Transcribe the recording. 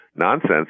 nonsense